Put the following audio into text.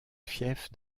fief